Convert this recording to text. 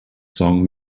song